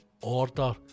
order